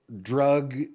drug